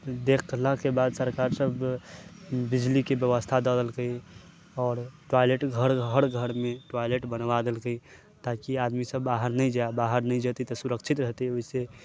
देखलाक बाद सरकारसभ बिजलीके व्यवस्था दऽ देलकै आओर टॉयलेट घर हर घरमे टॉयलेट बनबा देलकै ताकि आदमीसभ बाहर नहि जाय बाहर नहि जेतै तऽ सुरक्षित रहतै ओहिसँ